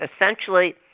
essentially